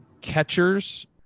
catchers